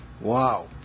Wow